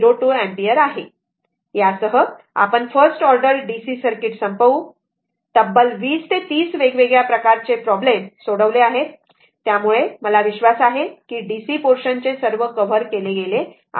02 ampere आहे यासह आपण फर्स्ट ऑर्डर डीसी सर्किट संपवू तब्बल 20 30 वेगवेगळ्या प्रकारचे प्रॉब्लेम्स सोडवले आहेत त्यामुळे मला विश्वास आहे की डीसी पोर्शन चे सर्व कव्हर केले गेले आहेत